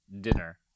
dinner